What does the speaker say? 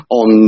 on